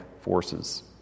forces